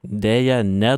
deja ne